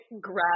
grab